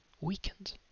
weakened